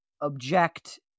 object